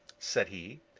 said he.